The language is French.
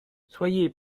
soyez